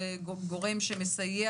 כגורם מסייע